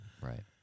right